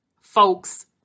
folks